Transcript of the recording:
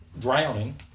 drowning